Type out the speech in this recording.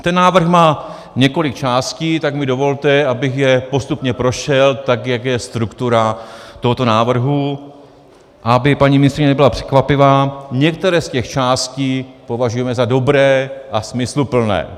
Ten návrh má několik částí, tak mi dovolte, abych je postupně prošel, tak jak je struktura tohoto návrhu, a aby paní ministryně nebyla překvapená, některé z těch částí považujeme za dobré a smysluplné.